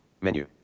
Menu